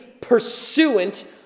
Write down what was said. pursuant